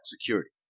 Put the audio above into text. security